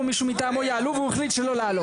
מישהו מטעמו יעלו והוא החליט שלא לעלות.